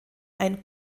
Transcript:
ein